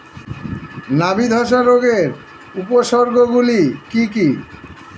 নাবি ধসা রোগের উপসর্গগুলি কি কি?